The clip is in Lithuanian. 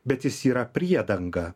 bet jis yra priedanga